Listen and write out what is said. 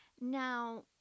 now